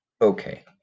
Okay